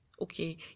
okay